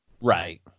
right